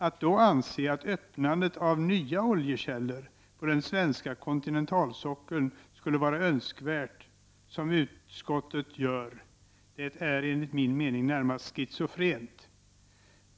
Att då anse att öppnandet av nya oljekällor på den svenska kontinentalsockeln skulle vara önskvärt, som utskottet gör, är enligt min mening närmast schizofrent.